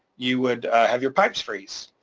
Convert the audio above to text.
you would have your pipes freeze.